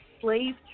slave